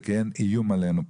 זה כעין איום עלינו פה.